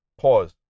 pause